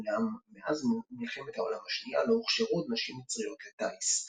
אולם מאז מלחמת העולם השנייה לא הוכשרו עוד נשים מצריות לטיס.